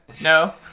No